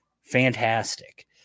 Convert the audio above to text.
Fantastic